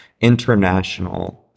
international